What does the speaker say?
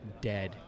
dead